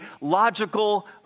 logical